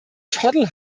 toddle